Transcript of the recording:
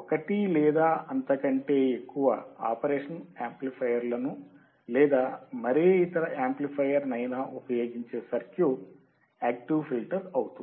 ఒకటి లేదా అంతకంటే ఎక్కువ ఆపరేషనల్ యామ్ప్లిఫయర్ లను లేదా మరే ఇతర యామ్ప్లిఫయర్ నైనా ఉపయోగించే సర్క్యూట్ యాక్టివ్ ఫిల్టర్ అవుతుంది